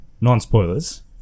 Non-spoilers